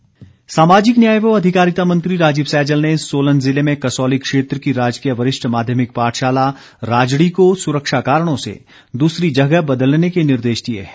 सैजल सामाजिक न्याय व अधिकारिता मंत्री राजीव सैजल ने सोलन जिले में कसौली क्षेत्र की राजकीय वरिष्ठ माध्यमिक पाठशाला राजड़ी को सुरक्षा कारणों से दूसरी जगह बदलने के निर्देश दिए है